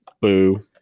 Boo